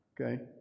Okay